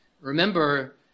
Remember